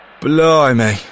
Blimey